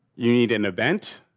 you need an event,